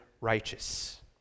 righteous